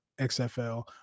XFL